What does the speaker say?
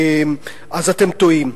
אתם טועים.